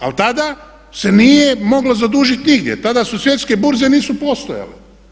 Ali tada se nije moglo zadužiti nigdje, tada svjetske burze nisu postojale.